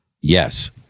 Yes